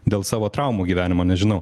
dėl savo traumų gyvenimo nežinau